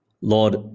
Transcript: Lord